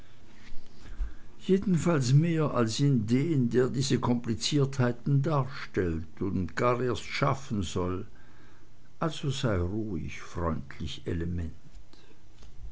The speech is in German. jedenfalls mehr als in den der diese kompliziertheiten darstellt oder gar erst schaffen soll also sei ruhig freundlich element